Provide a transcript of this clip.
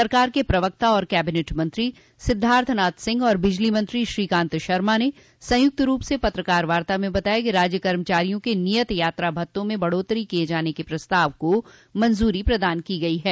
सरकार के प्रवक्ता और कबिनेट मंत्री सिद्धार्थनाथ सिंह और बिजली मंत्री श्रीकांत शर्मा ने संयुक्त रूप से पत्रकार वार्ता में बताया कि राज्य कर्मचारियों के नियत यात्रा भत्तों में बढ़ोत्तरी किये जाने के प्रस्ताव को मंजूरी प्रदान की गयी है